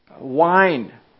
wine